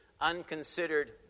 unconsidered